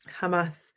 Hamas